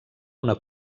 una